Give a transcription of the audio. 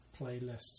playlists